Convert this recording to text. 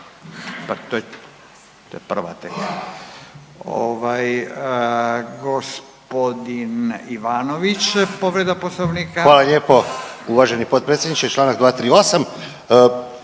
To je prva tek.